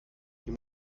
die